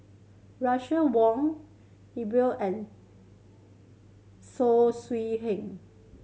Russel Wong Iqbal and Saw Swee